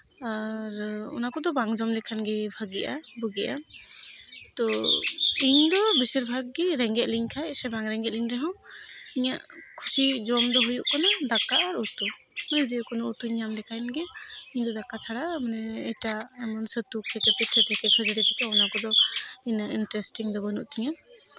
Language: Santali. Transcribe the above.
ᱟᱨ ᱚᱱᱟ ᱠᱚᱫᱚ ᱵᱟᱝ ᱡᱚᱢ ᱞᱮᱠᱷᱟᱱ ᱜᱮ ᱵᱷᱟᱜᱮᱜᱼᱟ ᱵᱩᱜᱤᱜᱼᱟ ᱛᱳ ᱤᱧᱫᱚ ᱵᱮᱥᱤᱨ ᱵᱷᱟᱜᱽ ᱜᱮ ᱨᱮᱸᱜᱮᱡ ᱞᱤᱧ ᱠᱷᱟᱡ ᱥᱮ ᱵᱟᱝ ᱨᱮᱸᱜᱮᱡᱽ ᱞᱤᱧ ᱨᱮᱦᱚᱸ ᱤᱧᱟᱹᱜ ᱠᱷᱩᱥᱤ ᱡᱚᱢ ᱫᱚ ᱦᱩᱭᱩᱜ ᱠᱟᱱᱟ ᱫᱟᱠᱟ ᱟᱨ ᱩᱛᱩ ᱢᱟᱱᱮ ᱡᱮᱠᱳᱱᱳ ᱩᱛᱩᱧ ᱧᱟᱢ ᱞᱮᱠᱷᱟᱱ ᱜᱮ ᱤᱧᱫᱚ ᱫᱟᱠᱟ ᱪᱷᱟᱲᱟ ᱮᱴᱟᱜ ᱟᱜ ᱮᱢᱚᱱ ᱪᱷᱟᱹᱛᱩ ᱛᱷᱮᱠᱮ ᱯᱤᱴᱷᱟᱹ ᱛᱷᱮᱠᱮ ᱠᱷᱟᱹᱡᱟᱹᱲᱤ ᱛᱷᱮᱠᱮ ᱚᱱᱟ ᱠᱚᱫᱚ ᱩᱱᱟᱹᱜ ᱤᱱᱴᱟᱨᱮᱥᱴᱤᱝ ᱫᱚ ᱵᱟᱹᱱᱩᱜ ᱛᱤᱧᱟᱹ